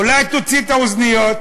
אולי תוציא את האוזניות?